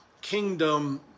kingdom